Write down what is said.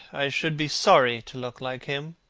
i should be sorry to look like him.